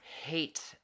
hate